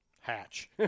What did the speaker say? hatch